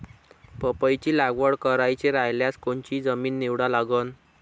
पपईची लागवड करायची रायल्यास कोनची जमीन निवडा लागन?